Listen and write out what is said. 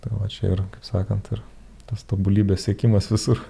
tai va čia ir kaip sakant ir tas tobulybės siekimas visur